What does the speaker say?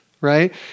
right